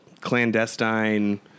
clandestine